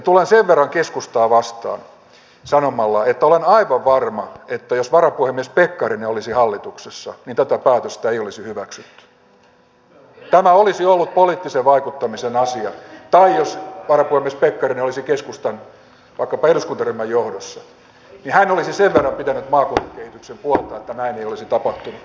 tulen sen verran keskustaa vastaan että sanon että olen aivan varma että jos varapuhemies pekkarinen olisi hallituksessa niin tätä päätöstä ei olisi hyväksytty tämä olisi ollut poliittisen vaikuttamisen asia tai jos varapuhemies pekkarinen olisi keskustan vaikkapa eduskuntaryhmän johdossa niin hän olisi sen verran pitänyt maakuntien kehityksen puolta että näin ei olisi tapahtunut